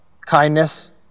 kindness